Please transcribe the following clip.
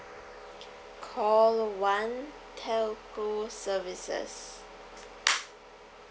call one telco services